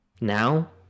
now